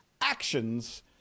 actions